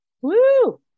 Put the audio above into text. Woo